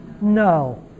No